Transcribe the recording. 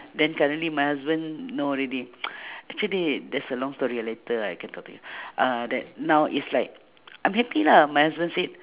then currently my husband know already actually there's a long story later I can talk to you uh that now is like I'm happy lah my husband said